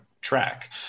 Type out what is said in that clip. track